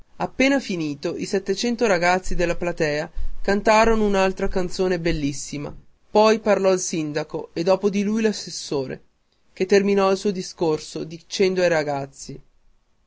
appena finito i settecento ragazzi della platea cantarono un'altra canzone bellissima poi parlò il sindaco e dopo di lui l'assessore che terminò il suo discorso dicendo ai ragazzi